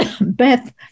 Beth